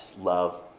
love